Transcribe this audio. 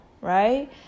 right